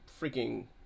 freaking